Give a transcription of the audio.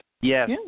Yes